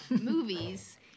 movies